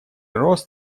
рост